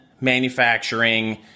manufacturing